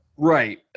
Right